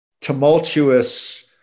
tumultuous